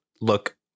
look